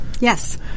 Yes